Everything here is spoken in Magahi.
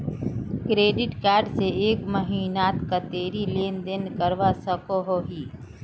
क्रेडिट कार्ड से एक महीनात कतेरी लेन देन करवा सकोहो ही?